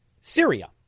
Syria